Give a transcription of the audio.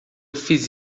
fiz